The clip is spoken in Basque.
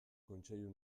kontseilu